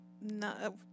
no